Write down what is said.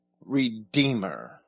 Redeemer